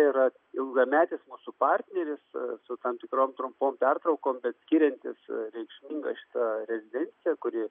yra ilgametis mūsų partneris su tam tikrom trumpom pertraukom bet skiriantis reikšminga šita rezidencija kuri